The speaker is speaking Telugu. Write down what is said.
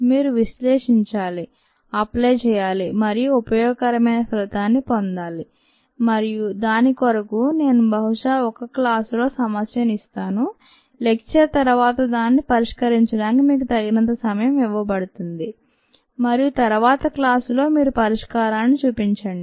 మీరు విశ్లేషించాలి అప్లై చేయాలి మరియు ఉపయోగకరమైన ఫలితాన్ని పొందాలి మరియు దాని కొరకు నేను బహుశా ఒక క్లాసులో సమస్యను ఇస్తాను లెక్చర్ తరువాత దానిని పరిష్కరించడానికి మీకు తగినంత సమయం ఇవ్వబడుతుంది మరియు తరువాత క్లాసులో మీరు పరిష్కారాన్ని చూపించండి